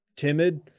timid